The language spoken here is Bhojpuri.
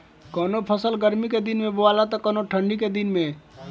कवनो फसल गर्मी के दिन में बोआला त कवनो ठंडा के दिन में